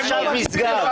אני תושב משגב.